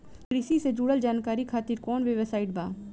कृषि से जुड़ल जानकारी खातिर कोवन वेबसाइट बा?